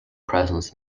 presence